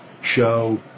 show